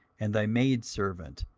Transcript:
and thy maidservant,